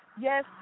Yes